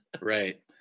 Right